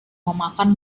memakan